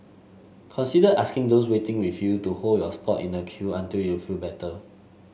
consider asking those waiting with you to hold your spot in the queue until you feel better